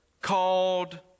called